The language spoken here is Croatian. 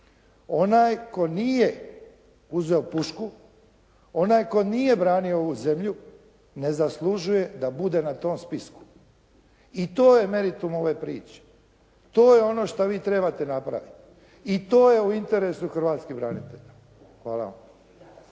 Onaj tko nije uzeo pušku, onaj tko nije branio ovu zemlju ne zaslužuje da bude na tom spisku i to je meritum ove priče. To je ono šta vi trebate napraviti i to je u interesu hrvatskih branitelja. Hvala vam.